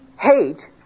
hate